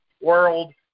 World